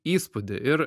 įspūdį ir